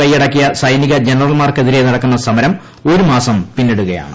കയ്യടക്കിയ അധികാരം സൈനിക ജനറൽമാർക്കെതിരെ നടക്കുന്ന സമരം ഒരു മാസം പിന്നിടുകയാണ്